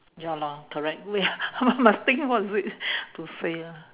ya lor correct wait ah I must think what is it to say ah